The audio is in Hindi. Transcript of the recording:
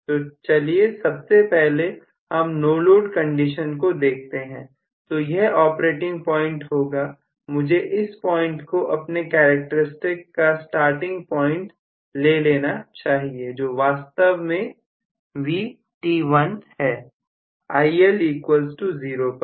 तो चलिए सबसे पहले हम नो लोड कंडीशन को देखते हैं तो यह ऑपरेटिंग पॉइंट होगा मुझे इस पॉइंट को अपने कैरेक्टर स्टिक का स्टार्टिंग प्वाइंट ले लेना चाहिए जो वास्तव में Vt1 है IL0 पर